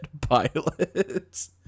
pilots